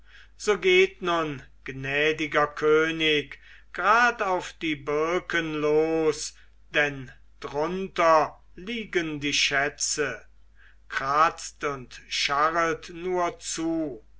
so geht nun gnädiger könig grad auf die birken los denn drunter liegen die schätze kratzt und scharret nur zu